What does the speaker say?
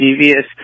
Devious